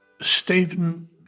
Stephen